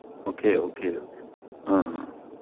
okay okay ꯑꯥ ꯑꯥ